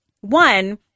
One